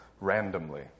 randomly